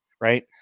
right